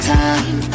time